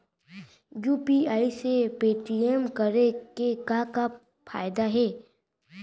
UPI से payment करे के का का फायदा हे?